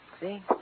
See